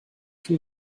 viel